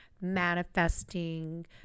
manifesting